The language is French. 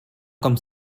comme